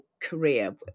career